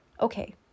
okay